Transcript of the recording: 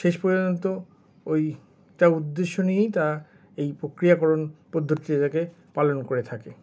শেষ পর্যন্ত ওইটা উদ্দেশ্য নিয়েই তা এই প্রক্রিয়াকরণ পদ্ধতিটাকে পালন করে থাকে